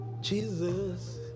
Jesus